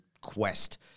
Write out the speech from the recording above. quest